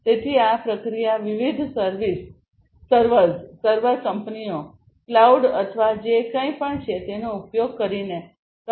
તેથી આ પ્રક્રિયા વિવિધ સર્વર્સ સર્વર કંપનીઓ ક્લાઉડ અથવા જે કંઈપણ છે તેનો ઉપયોગ કરીને કરવામાં આવશે